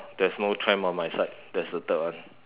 oh there is no tram on my side that's the third one